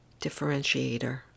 differentiator